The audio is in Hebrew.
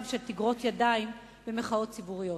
של תגרות ידיים במחאות ציבוריות?